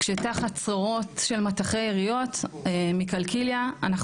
כשתחת צרורות של מטחי יריות מקלקיליה אנחנו